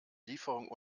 lieferung